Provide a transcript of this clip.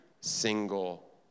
single